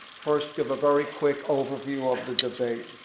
first, give a very quick overview of the debate,